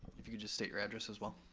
if you could just state your address as well.